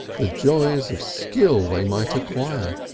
the joys of skill they might acquire,